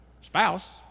spouse